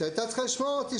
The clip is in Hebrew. שהייתה צריכה לשמוע אותי,